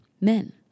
men